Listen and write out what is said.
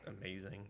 amazing